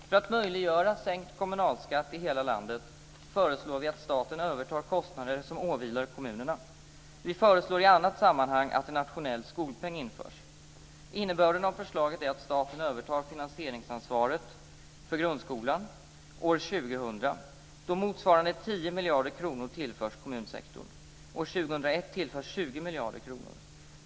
För att möjliggöra sänkt kommunalskatt i hela landet föreslår vi att staten övertar kostnader som åvilar kommunerna. Vi föreslår i annat sammanhang att en nationell skolpeng införs. Innebörden av förslaget är att staten övertar finansieringsansvaret för grundskolan år 2000, då motsvarande 10 miljarder kronor tillförs kommunsektorn. År 2001 tillförs 20 miljarder kronor.